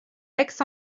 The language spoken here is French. aix